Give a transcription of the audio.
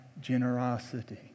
generosity